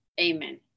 Amen